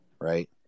right